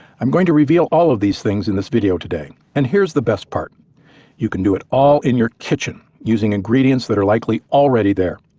i'm going to reveal all of these things in this video today, and here's the best part you can do it all in your kitchen using ingredients that are likely already there.